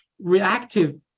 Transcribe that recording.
reactive